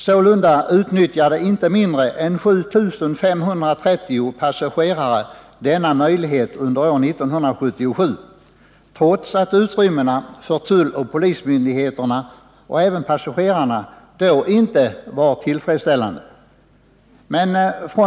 Sålunda utnyttjade inte mindre än 7530 passagerare denna möjlighet under år 1977, trots att utrymmena för tulloch polismyndigheterna och även för passagerarna då inte var tillfredsställande.